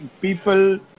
people